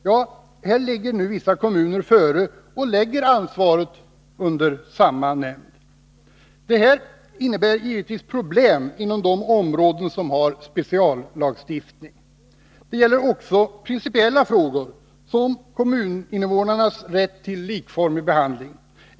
Ja, där ligger nu vissa kommuner före och lägger ansvaret under samma nämnd. Detta innebär givetvis problem inom de områden som har speciallagstiftning. Det gäller också principiella frågor som kommuninvånarnas rätt till likformig behandling.